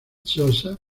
sosa